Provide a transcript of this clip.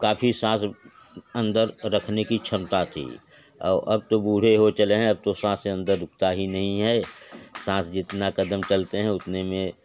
काफ़ी साँस अंदर रखने की क्षमता थी और अब तो बूढ़े हो चले हैं अब तो साँस अंदर रुकती ही नहीं है साँस जितने क़दम चलते है उतने में